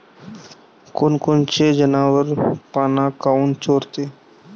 कोनकोनचे जनावरं पाना काऊन चोरते?